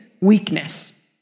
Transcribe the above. weakness